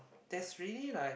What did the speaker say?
there's really like